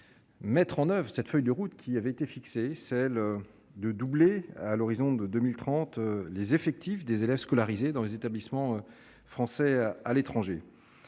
mettre en oeuvre à cette feuille de route qui avait été fixée, celle de doubler à l'horizon de 2030, les effectifs des élèves scolarisés dans les établissements français à l'étranger